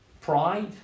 pride